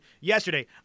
yesterday